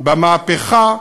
במהפכה,